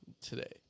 today